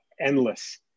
endless